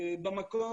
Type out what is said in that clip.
במקור,